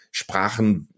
Sprachen